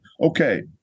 okay